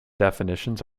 definitions